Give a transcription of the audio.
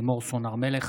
לימור סון הר מלך